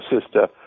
sister